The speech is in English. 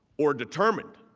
or determined,